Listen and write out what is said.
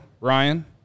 Ryan